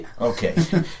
Okay